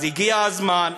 אז הגיע הזמן,